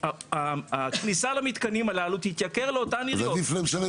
הכניסה למתקנים הללו תתייקר לאותן עיריות